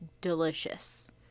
delicious